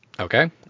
Okay